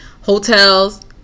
Hotels